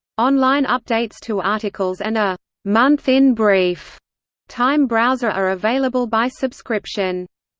online updates to articles and a month in brief time browser are available by subscription.